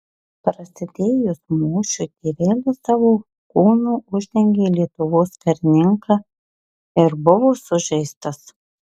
prasidėjus mūšiui tėvelis savo kūnu uždengė lietuvos karininką ir buvo sužeistas